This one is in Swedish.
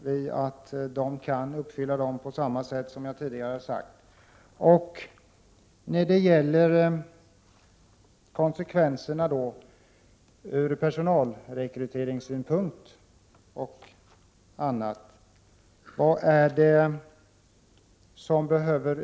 Vad är det som behöver utredas mer när det gäller konsekvenserna från personalrekryteringssynpunkt, Erling Bager?